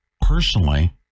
personally